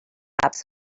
apps